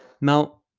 Now